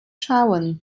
schauen